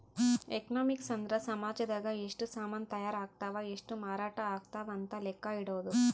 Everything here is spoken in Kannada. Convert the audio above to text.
ಎಕನಾಮಿಕ್ಸ್ ಅಂದ್ರ ಸಾಮಜದಾಗ ಎಷ್ಟ ಸಾಮನ್ ತಾಯರ್ ಅಗ್ತವ್ ಎಷ್ಟ ಮಾರಾಟ ಅಗ್ತವ್ ಅಂತ ಲೆಕ್ಕ ಇಡೊದು